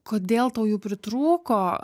kodėl tau jų pritrūko